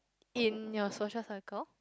in your social circle